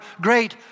great